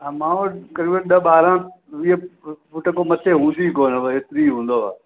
हा मां वटि क़रीबन ॾह ॿारह वीह फूट खां मथे हूंदी कोन बसि हेतरी हूंदव